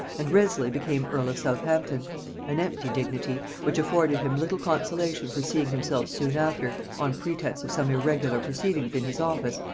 and wriothesley became earl of southampton an empty dignity, which afforded him little consolation for seeing himself soon after, on pretence of some irregular proceedings in his office,